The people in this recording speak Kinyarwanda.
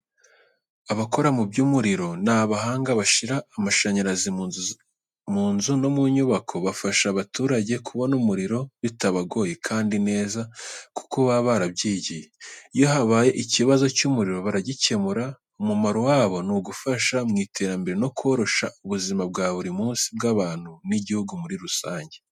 Abakora mu by'umuriro ni abahanga bashyira amashanyarazi mu nzu no mu nyubako. Bafasha abaturage kubona umuriro bitabagoye kandi neza kuko baba barabyigiye. Iyo habaye ikibazo cy’umuriro baragikemura. Umumaro wabo ni ugufasha mu iterambere no koroshya ubuzima bwa buri munsi bw’abantu n’igihugu muri rusange.